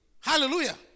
Hallelujah